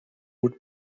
route